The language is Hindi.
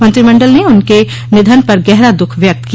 मंत्रिमंडल ने उनके निधन पर गहरा दःख व्यक्त किया